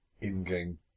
in-game